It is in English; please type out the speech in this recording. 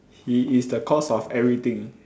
he is the cause of everything